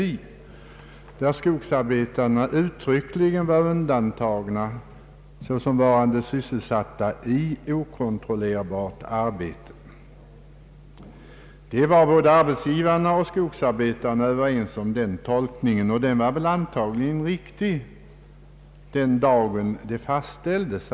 I den gamla lagen är skogsarbetarna uttryckligen undantagna såsom varande sysselsatta i okontrollerbart arbete. Den tolkningen var både arbetsgivarna och skogsarbetarna överens om, och den var antagligen riktig den dag den fastställdes.